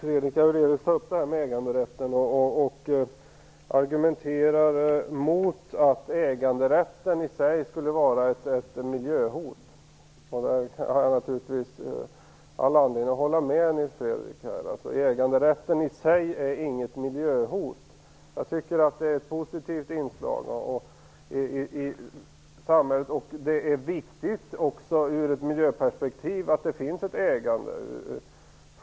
Herr talman! Nils Fredrik Aurelius tar upp äganderätten och argumenterar mot att den i sig skulle vara ett miljöhot. Det har jag naturligtvis all anledning att hålla med Nils Fredrik Aurelius om. Äganderätten i sig är inget miljöhot. Jag tycker att den är ett positivt inslag i samhället. Det är viktigt också ur ett miljöperspektiv att det finns ett ägande.